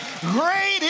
Great